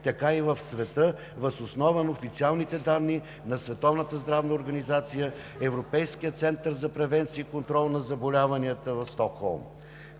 така и в света въз основа на официалните данни на Световната здравна организация, Европейския център за превенция и контрол на заболяванията в Стокхолм.